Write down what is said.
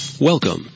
Welcome